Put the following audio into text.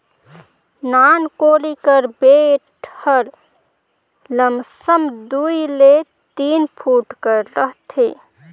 नान कोड़ी कर बेठ हर लमसम दूई ले तीन फुट कर रहथे